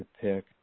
pick